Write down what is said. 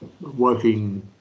working